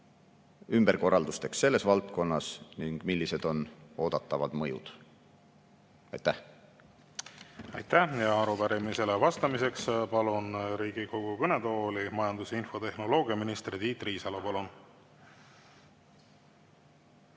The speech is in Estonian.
ümberkorralduste plaanid ning millised on oodatavad mõjud. Aitäh! Aitäh! Arupärimisele vastamiseks palun Riigikogu kõnetooli majandus‑ ja infotehnoloogiaminister Tiit Riisalo. Palun!